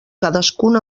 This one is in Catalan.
cadascun